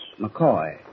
McCoy